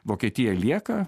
vokietija lieka